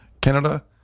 Canada